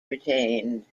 retained